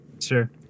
Sure